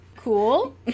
cool